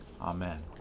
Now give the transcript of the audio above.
Amen